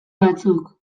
batzuk